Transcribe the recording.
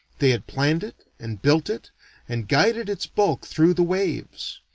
they had planned it and built it and guided its bulk through the waves.